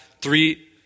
three